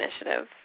initiative